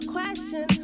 question